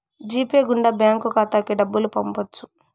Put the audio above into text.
G pay గుండా బ్యాంక్ ఖాతాకి డబ్బులు పంపొచ్చు